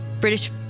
British